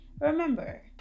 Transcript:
Remember